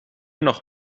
noch